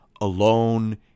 alone